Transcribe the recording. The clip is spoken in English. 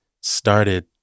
started